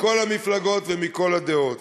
מכל המפלגות ומכל הדעות.